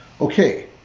Okay